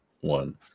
one